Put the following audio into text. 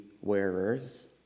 wearers